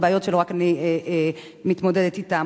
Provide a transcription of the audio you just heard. אלה בעיות שלא רק אני מתמודדת אתן.